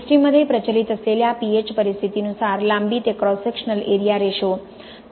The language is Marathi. सिस्टममध्ये प्रचलित असलेल्या pH परिस्थितीनुसार लांबी ते क्रॉस सेक्शनल एरिया रेशो